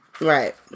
right